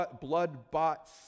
blood-bought